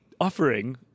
offering